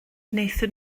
gwnaethon